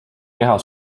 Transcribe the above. keha